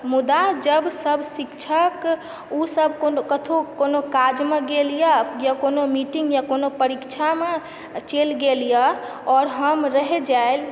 मुदा जब सभ शिक्षक ओसभ कतहुँ कोनो काजमे गेलए या कोनो मीटिंग या कोनो परीक्षामे चलि गेलए आओर हम रहि जालि